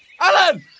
Alan